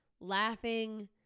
laughing